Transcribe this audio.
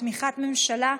בתמיכת ממשלה,